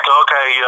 okay